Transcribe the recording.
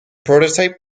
prototype